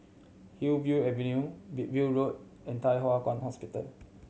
Hillview Avenue Wilby Road and Thye Hua Kwan Hospital